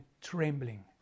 trembling